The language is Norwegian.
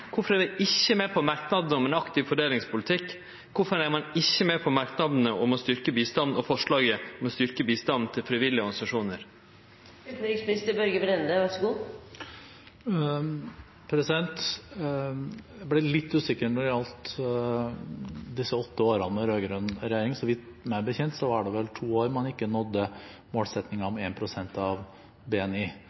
med på merknaden om ein aktiv fordelingspolitikk, og kvifor dei ikkje er med på merknaden og forslaget om å styrkje bistanden til frivillige organisasjonar. Jeg ble litt usikker når det gjaldt de åtte årene med rød-grønn regjering. Meg bekjent var det vel to år man ikke nådde målsettingen om 1 pst. av BNI.